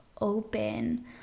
open